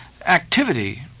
activity